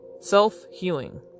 self-healing